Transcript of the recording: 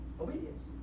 obedience